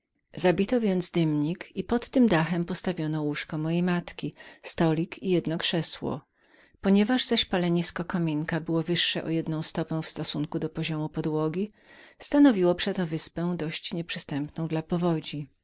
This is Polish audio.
zabito więc dymnik i pod tym dachem postawiono łóżko mojej matki stolik i jedno krzesło ponieważ zaś ognisko było wyniesione na jedną stopę matka moja przeto mogła zamieszkiwać tę wyspę dość nieprzystępną dla powodzi